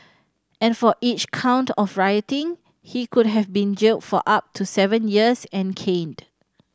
and for each count of rioting he could have been jailed for up to seven years and caned